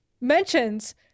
mentions